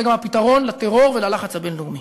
זה גם הפתרון לטרור וללחץ הבין-לאומי.